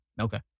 okay